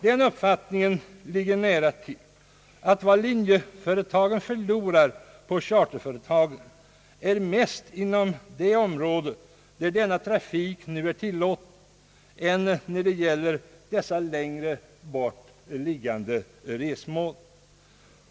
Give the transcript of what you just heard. Den uppfattningen ligger nära till hands, att vad linjeföretagen förlorar på charterföretagen är mera inom det område där denna trafik nu är tillåten än när det gäller dessa längre bort liggande resmål.